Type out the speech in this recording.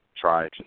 try